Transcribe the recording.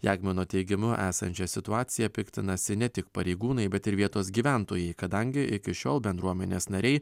jagmino teigimu esančia situacija piktinasi ne tik pareigūnai bet ir vietos gyventojai kadangi iki šiol bendruomenės nariai